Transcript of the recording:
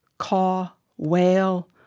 caw, wail,